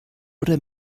oder